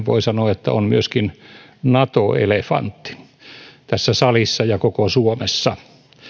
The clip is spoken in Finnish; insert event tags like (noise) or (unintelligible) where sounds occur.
(unintelligible) voi sanoa että on myöskin nato elefantti tässä salissa ja koko suomessa